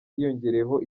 hiyongereyeho